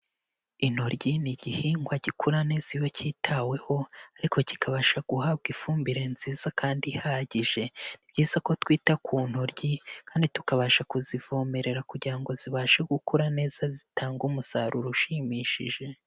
Intoryi ni igihingwa gikura neza iyo cyitaweho, ariko kikabasha guhabwa ifumbire nziza kandi ihagije, ni byiza ko twita ku ntoryi, kandi tukabasha kuzivomerera kugira ngo zibashe gukura neza zitange umusaruro ushimishije.